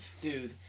dude